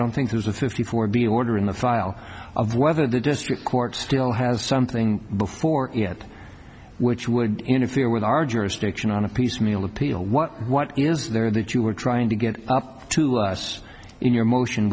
don't think there's a fifty four b order in the file of whether the district court still has something before it which would interfere with our jurisdiction on a piecemeal appeal what what is there that you were trying to get up to us in your motion